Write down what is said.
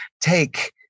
take